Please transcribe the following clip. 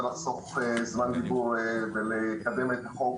לחסוך זמן דיבור כדי לקדם את החוק,